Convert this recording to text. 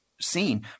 seen